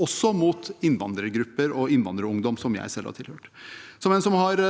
også overfor innvandrergrupper og innvandrerungdom, som jeg selv har tilhørt. Som en som har